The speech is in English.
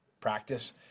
practice